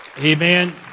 Amen